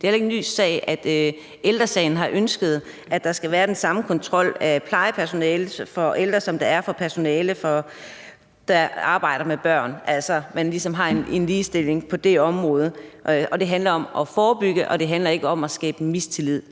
Det er heller ikke nogen ny sag, at Ældre Sagen har ønsket, at der skal være den samme kontrol af plejepersonale for ældre, som der er af personale, der arbejder med børn, og at man altså ligesom har en ligestilling på det område. Det handler om at forebygge, det handler ikke om at skabe mistillid.